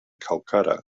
kolkata